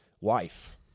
wife